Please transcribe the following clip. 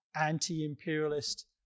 anti-imperialist